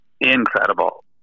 Incredible